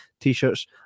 T-shirts